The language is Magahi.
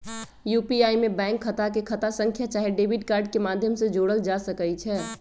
यू.पी.आई में बैंक खता के खता संख्या चाहे डेबिट कार्ड के माध्यम से जोड़ल जा सकइ छै